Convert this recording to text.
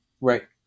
Right